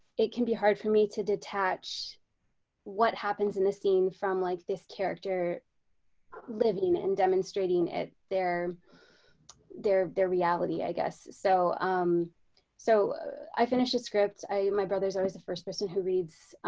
it can be hard for me to detach what happens in the scene from like this character living and demonstrating it, their their, their reality i guess, so um so i finished a script, my brother is always the first person who reads